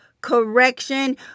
Correction